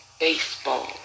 baseball